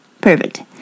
Perfect